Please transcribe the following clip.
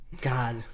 God